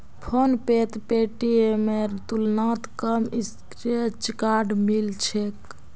फोनपेत पेटीएमेर तुलनात कम स्क्रैच कार्ड मिल छेक